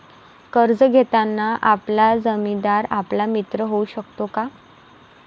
कर्ज घेताना आपला जामीनदार आपला मित्र होऊ शकतो का?